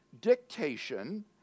Dictation